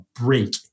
break